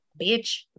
Bitch